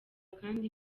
kandi